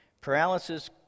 Paralysis